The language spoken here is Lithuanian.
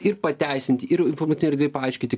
ir pateisinti ir informacinėj erdvėj paaiškinti